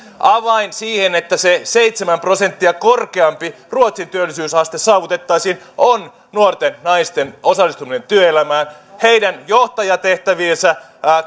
avain siihen että se seitsemän prosenttia korkeampi ruotsin työllisyysaste saavutettaisiin on nuorten naisten osallistuminen työelämään heidän johtajatehtäviensä